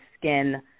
skin